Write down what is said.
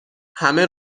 همه